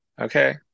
Okay